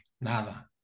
nada